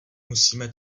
musíme